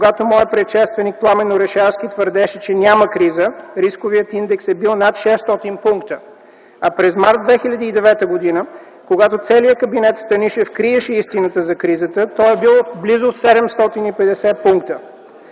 когато моят предшественик Пламен Орешарски твърдеше, че няма криза, рисковият индекс е бил над 600 пункта, а през м. март 2009 г., когато целият кабинет Станишев криеше истината за кризата, той е бил близо 750 пункта.